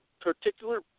particular